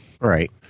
Right